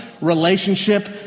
relationship